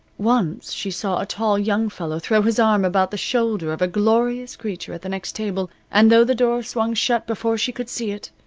once she saw a tall young fellow throw his arm about the shoulder of a glorious creature at the next table, and though the door swung shut before she could see it,